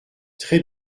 très